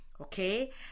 Okay